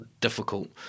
difficult